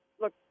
look